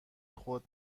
خود